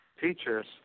teachers